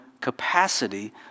capacity